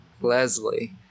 Leslie